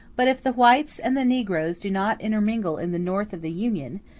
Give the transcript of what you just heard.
but if the whites and the negroes do not intermingle in the north of the union,